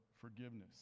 forgiveness